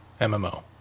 MMO